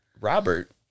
Robert